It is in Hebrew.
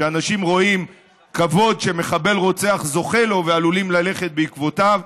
שאנשים רואים כבוד שמחבל רוצח זוכה לו ועלולים ללכת בעקבותיו.